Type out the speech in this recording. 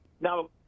now